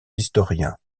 historiens